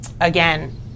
Again